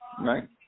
Right